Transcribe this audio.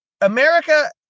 America